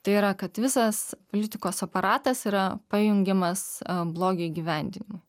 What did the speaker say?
tai yra kad visas politikos aparatas yra pajungiamas blogio įgyvendinimui